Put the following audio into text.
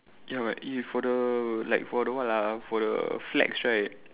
ya but if for the like for the what lah for the flag right